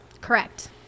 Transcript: Correct